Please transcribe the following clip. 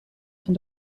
van